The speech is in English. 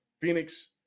Phoenix –